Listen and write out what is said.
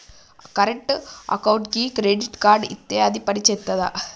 Current అకౌంట్కి credit card ఇత్తే అది పని చేత్తదా?